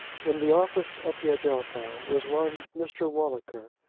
in the office at the adelphi was one mr. walliker,